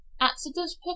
Accidents